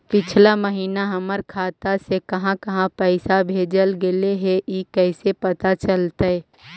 पिछला महिना हमर खाता से काहां काहां पैसा भेजल गेले हे इ कैसे पता चलतै?